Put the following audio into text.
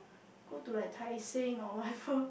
go to like Tai-Seng or whatever